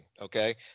okay